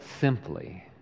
simply